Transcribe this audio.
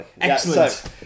Excellent